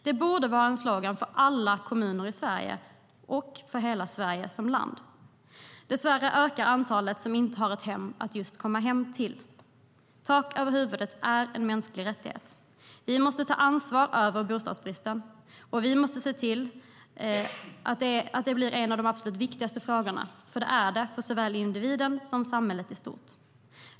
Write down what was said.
Det borde vara en slogan för alla kommuner i Sverige och för hela Sverige som land. Dessvärre ökar antalet som inte har ett hem att komma till. Tak över huvudet är en mänsklig rättighet. Vi måste ta ansvar för bostadsbristen. Vi måste se till att det blir en av de absolut viktigaste frågorna, för det är det för såväl individen som samhället i stort.